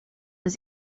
his